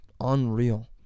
Unreal